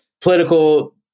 political